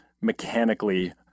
mechanically